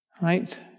Right